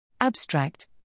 Abstract